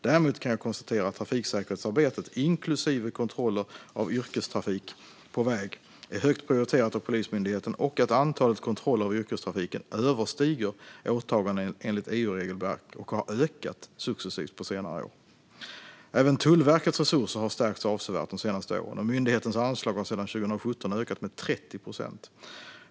Däremot kan jag konstatera att trafiksäkerhetsarbetet, inklusive kontroller av yrkestrafik på väg, är högt prioriterat av Polismyndigheten och att antalet kontroller av yrkestrafiken överstiger åtaganden enligt EU-regelverk och successivt har ökat på senare år. Även Tullverkets resurser har stärkts avsevärt de senaste åren, och myndighetens anslag har sedan 2017 ökat med 30 procent.